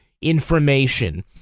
information